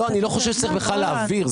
אני לא חושב שצריך בכלל להעביר.